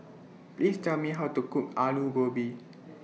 Please Tell Me How to Cook Aloo Gobi